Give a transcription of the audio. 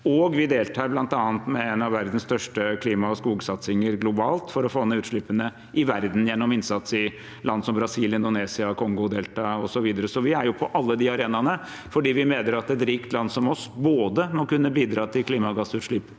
Og vi deltar bl.a. med en av verdens største klima- og skogsatsinger globalt for å få ned utslippene i verden gjennom innsats i land som Brasil, Indonesia, Kongo-deltaet osv. Vi er på alle de arenaene fordi vi mener at et rikt land som oss må kunne både bidra til klimagassutslipp